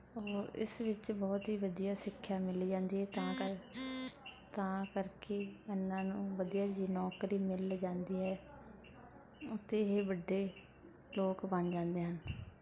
ਔਰ ਇਸ ਵਿੱਚ ਬਹੁਤ ਹੀ ਵਧੀਆ ਸਿੱਖਿਆ ਮਿਲੀ ਜਾਂਦੀ ਹੈ ਤਾਂ ਕਰਕੇ ਤਾਂ ਕਰਕੇ ਇਹਨਾਂ ਨੂੰ ਵਧੀਆ ਜਿਹੀ ਨੌਕਰੀ ਮਿਲ ਜਾਂਦੀ ਹੈ ਅਤੇ ਇਹ ਵੱਡੇ ਲੋਕ ਬਣ ਜਾਂਦੇ ਹਨ